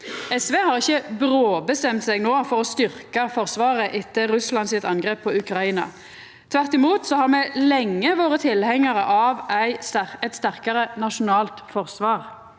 SV har ikkje bråbestemt seg no for å styrkja Forsvaret etter Russlands angrep på Ukraina. Tvert imot har me lenge vore tilhengjarar av eit sterkare nasjonalt forsvar.